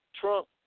Trump